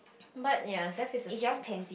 but ya Zeth is a strange one